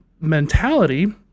mentality